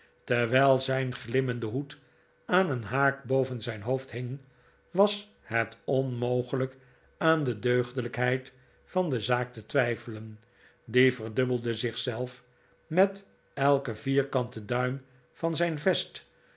terwijl zijri glimmende hoed aan teen haak boven zijn hoofd hing was het onmogelijk aan de deugdelijkheid van de zaak te twijfelen die verdubbelde zich zelf met elken vierkanten duim van zijn vest